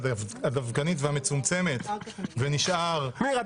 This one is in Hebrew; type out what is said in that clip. הדווקנית והמצומצמת ונשאר --- ניר,